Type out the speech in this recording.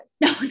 No